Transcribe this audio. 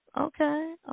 Okay